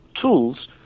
tools